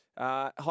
Hi